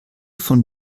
von